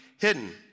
Hidden